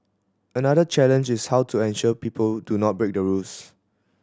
another challenge is how to ensure people do not break the rules